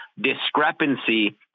discrepancy